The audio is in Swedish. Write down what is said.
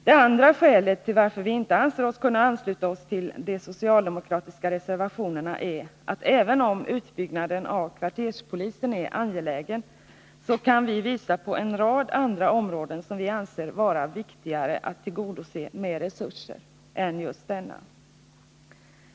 Det andra skälet till att vi inte anser oss kunna ansluta oss till de socialdemokratiska reservationerna är att vi, även om utbyggnaden av kvarterspolisen är angelägen, kan visa på en rad andra områden som vi menar vara viktigare att tillgodose med resurser än just detta.